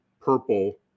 purple